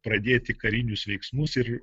pradėti karinius veiksmus ir